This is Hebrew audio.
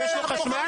יש לו חשמל?